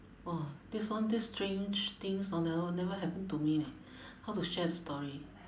!wah! this one these strange things orh never never happen to me leh how to share the story